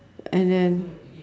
and then